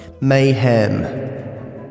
mayhem